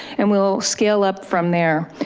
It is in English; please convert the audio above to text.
and we'll scale up from there.